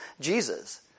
Jesus